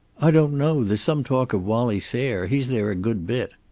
i don't know. there's some talk of wallie sayre. he's there a good bit.